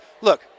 look